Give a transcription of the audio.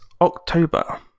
October